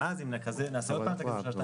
ואז אם נעשה עוד פעם את ה-2.45%,